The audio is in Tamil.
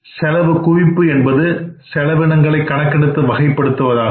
செலவு குவிப்பு என்பது செலவினங்களை கணக்கெடுத்து வகைப்படுத்துவதாகும்